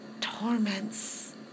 torments